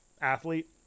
athlete